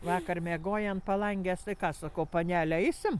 vakar miegojai ant palangės tai ką sakau panele eisim